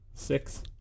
Six